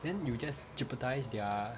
then you just jeopardize their